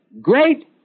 great